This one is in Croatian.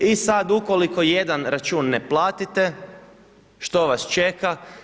I sad ukoliko jedan račun ne platite, što vaš čeka?